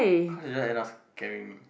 cause you'll just end up scaring me